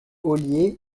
ollier